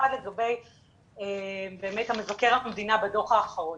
האחד, לגבי מבקר המדינה בדוח האחרון,